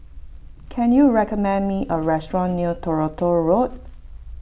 can you recommend me a restaurant near Toronto Road